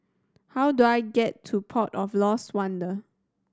how do I get to Port of Lost Wonder